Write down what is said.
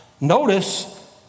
Notice